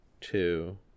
two